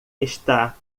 está